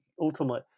Ultimately